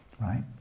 right